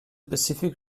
pacific